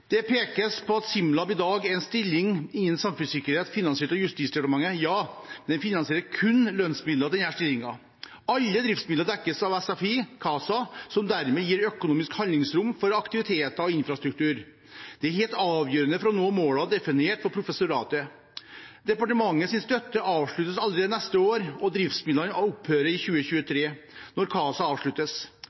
pekes på at SIMLab i dag har en stilling innen samfunnssikkerhet finansiert av Justisdepartementet – ja, men den finansierer kun lønnsmidlene til denne stillingen. Alle driftsmidler dekkes av SFI CASA, som dermed gir økonomisk handlingsrom for aktiviteter og infrastruktur. Dette er helt avgjørende for å nå målene definert for professoratet. Departementets støtte avsluttes allerede neste år, og driftsmidlene opphører i 2023, når CASA avsluttes.